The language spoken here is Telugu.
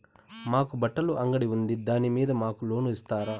మాకు బట్టలు అంగడి ఉంది దాని మీద మాకు లోను ఇస్తారా